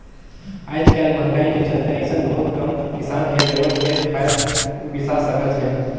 आयज कायल मंहगाई के चलते अइसन बहुत कम किसान हे जेमन खेत खार बिसा सकत हे